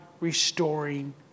restoring